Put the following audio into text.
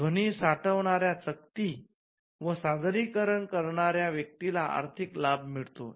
ध्वनी साठवणाऱ्या चकती वर सादरीकरण करणाऱ्या व्यक्तीला आर्थिक लाभ मिळतो